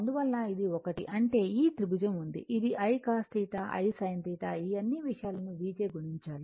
అందువలన ఇది ఒకటి అంటే ఈ త్రిభుజం ఉంది అది I cos θ I sin θ ఈ అన్ని విషయాల ని V చే గుణించాలి